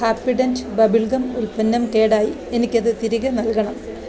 Happydent bubble gum ഉൽപ്പന്നം കേടായി എനിക്കത് തിരികെ നൽകണം